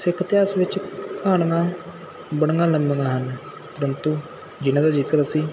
ਸਿੱਖ ਇਤਿਹਾਸ ਵਿੱਚ ਕਹਾਣੀਆਂ ਬੜੀਆਂ ਲੰਬੀਆਂ ਹਨ ਪ੍ਰੰਤੂ ਜਿਹਨਾਂ ਦਾ ਜਿਕਰ ਅਸੀਂ